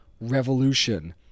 Revolution